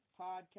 podcast